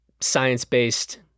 science-based